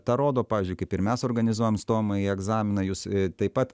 tą rodo pavyzdžiui kaip ir mes organizuojam stojamąjį egzaminą jūs taip pat